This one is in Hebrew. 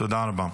תודה רבה.